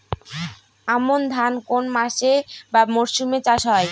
আমন ধান কোন মাসে বা মরশুমে চাষ হয়?